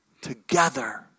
together